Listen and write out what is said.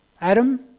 Adam